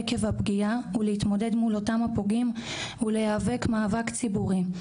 עקב הפגיעה ולהתמודד מול אותם הפוגעים ולהיאבק מאבק ציבורי.